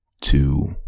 Two